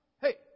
Hey